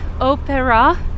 opera